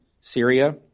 Syria